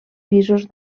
pisos